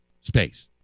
space